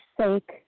sake